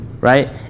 right